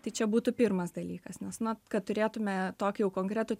tai čia būtų pirmas dalykas nes na kad turėtume tokį jau konkretų